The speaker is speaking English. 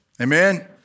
Amen